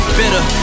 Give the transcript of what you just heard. bitter